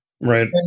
Right